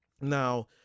Now